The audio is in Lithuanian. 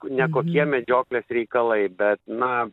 nekokie medžioklės reikalai bet na